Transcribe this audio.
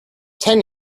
ten